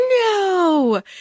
no